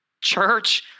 church